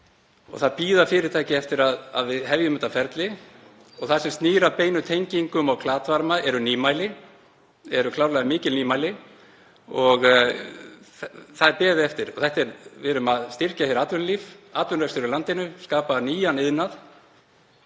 Það bíða fyrirtæki eftir að við hefjum þetta ferli. Og það sem snýr að beinum tengingum og glatvarma eru nýmæli, klárlega mikil nýmæli, og það er beðið eftir þessu. Við erum að styrkja atvinnulíf og atvinnurekstur í landinu, skapa nýjan iðnað.